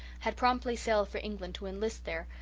had promptly sailed for england to enlist there,